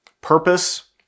purpose